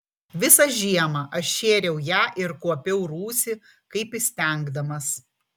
visą žiemą aš šėriau ją ir kuopiau rūsį kaip įstengdamas